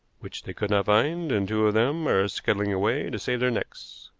which they could not find and two of them are scuttling away to save their necks.